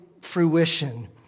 fruition